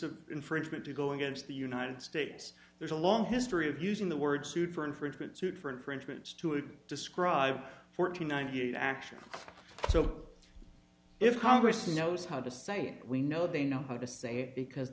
of infringement to go against the united states there's a long history of using the word sued for infringement suit for infringements to describe fourteen ninety eight actually so if congress knows how to say we know they know how to say because